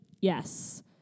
Yes